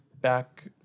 back